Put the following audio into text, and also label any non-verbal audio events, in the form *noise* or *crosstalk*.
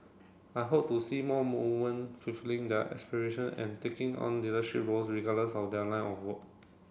I hope to see more *unintelligible* woman fulfilling their aspiration and taking on leadership roles regardless of their line of work